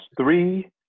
three